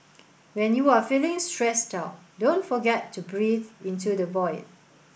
when you are feeling stressed out don't forget to breathe into the void